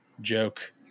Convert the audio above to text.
joke